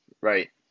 right